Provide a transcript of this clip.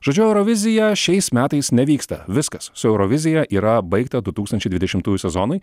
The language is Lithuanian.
žodžiu eurovizija šiais metais nevyksta viskas su eurovizija yra baigta du tūkstančiai dvidešimtųjų sezonui